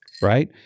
Right